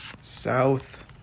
South